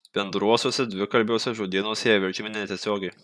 bendruosiuose dvikalbiuose žodynuose jie verčiami netiesiogiai